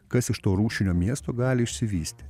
kas iš to rūšinio miesto gali išsivystyti